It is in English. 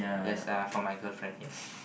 yes uh for my girlfriend yes